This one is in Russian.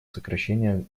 сокращению